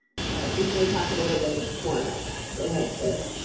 so we may talk a little bit ah more about that. go ahead, chris.